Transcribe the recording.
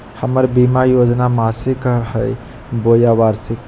हमर बीमा योजना मासिक हई बोया वार्षिक?